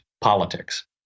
politics